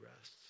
rest